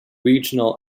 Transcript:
regional